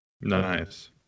Nice